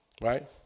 right